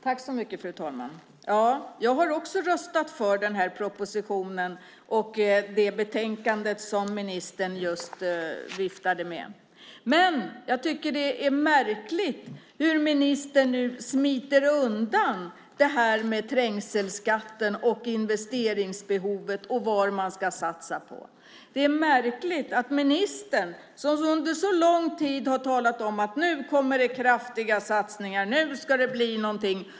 Fru talman! Jag har också röstat för propositionen och det betänkande som ministern just viftade med här. Men jag tycker att det är märkligt att ministern nu smiter undan trängselskatten och investeringsbehovet och vad man ska satsa på. Det är märkligt att ministern gör så. Hon har ju under så lång tid talat om att nu kommer det kraftiga satsningar och nu ska det bli någonting.